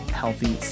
healthy